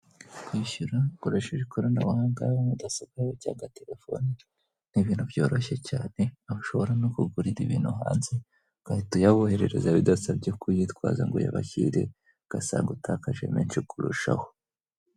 Kwishyura hakoresheje ikorana buhanga mudasobwa cyangwa telefoni n’ ibintu byoroshye cyane, abashobora no kugurira ibintu hanze, ugahita uyaboherereza bidasabye kuyitwaza ngo uya bashyire ugasanga utakaje menshi kurushaho.